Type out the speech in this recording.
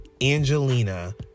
Angelina